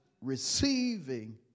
receiving